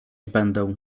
będę